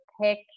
pick